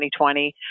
2020